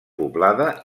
poblada